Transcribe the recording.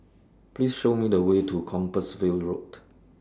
Please Show Me The Way to Compassvale Road